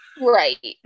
Right